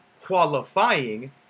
qualifying